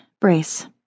brace